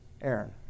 Aaron